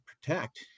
protect –